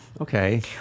Okay